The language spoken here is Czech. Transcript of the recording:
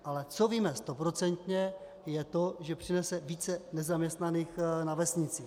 Ale co víme stoprocentně, je to, že přinese více nezaměstnaných na vesnici.